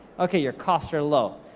okay, your costs are low,